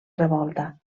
revolta